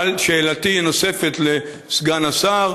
שאלתי הנוספת לסגן השר: